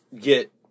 get